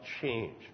change